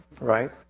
right